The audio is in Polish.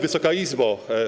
Wysoka Izbo!